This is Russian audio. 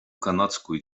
канадскую